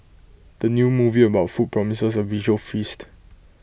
the new movie about food promises A visual feast